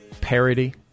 parody